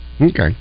Okay